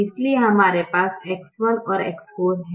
इसलिए हमारे पास X1 और X4 है